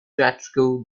theatrical